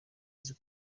nzi